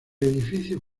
edificio